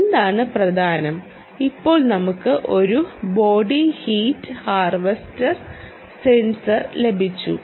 എന്താണ് പ്രധാനം ഇപ്പോൾ നമുക്ക് ഒരു ബോഡി ഹീറ്റ് ഹാർവെസ്റ്റർ സെൻസർ ലഭിച്ചു